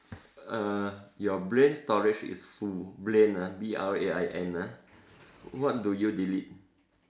err your brain storage is full brain ah B R A I N ah what do you delete